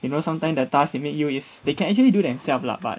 you know sometimes the task they make you is they can actually do themselves lah but